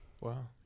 Wow